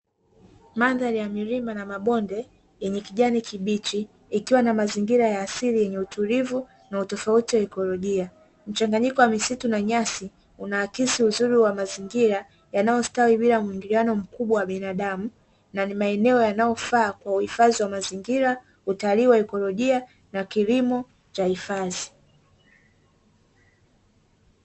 Mandhari ya milima na mabonde yenye kijani kibichi ikiwa na mazingira ya asili yenye utulivu na utofauti wa ekolojia, mchanganyiko wa misitu na nyasi unaakisi uzuri wa mazingira yanayostawi bila mahojiano mkubwa wa binadamu na ni maeneo yanayofaa kuhifadhi wa mazingira utali wa ikolojia na kilimo cha hifadhi.